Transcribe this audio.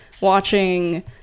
watching